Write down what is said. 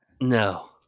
No